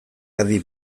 adi